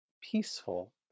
peaceful